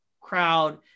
crowd